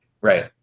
Right